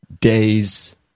days